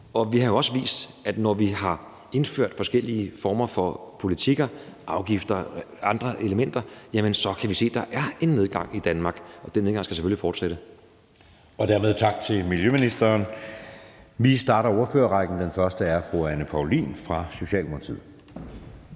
Vi har også vist, at når vi har indført forskellige former for politikker, afgifter og andre elementer, kan vi se, at der er en nedgang i Danmark, og den nedgang skal selvfølgelig fortsætte. Kl. 18:28 Anden næstformand (Jeppe Søe): Dermed tak til miljøministeren. Vi starter ordførerrækken, og den første er fru Anne Paulin fra Socialdemokratiet.